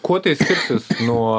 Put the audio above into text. kuo tai skirsis nuo